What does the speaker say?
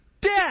Death